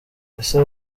ese